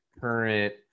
current